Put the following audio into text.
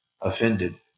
offended